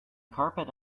carpet